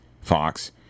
fox